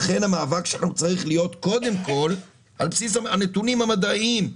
לכן המאבק שלנו צריך להיות קודם כול על בסיס הנתונים המדעיים,